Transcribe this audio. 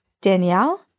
Danielle